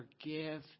Forgive